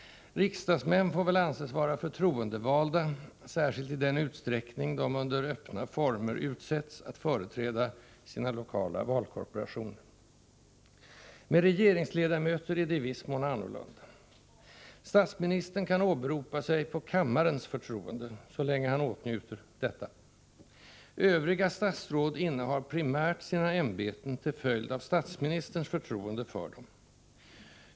Riksdagsmän får väl anses vara ”förtroendevalda”, särskilt i den utsträckning de under öppna former utsetts att företräda sina lokala valkorporationer. Med regeringsledamöter är det i viss mån annorlunda. Statsministern kan åberopa sig på kammarens förtroende, så länge han åtnjuter detta. Övriga statsråd innehar primärt sina ämbeten till följd av statsministerns förtroende för dem.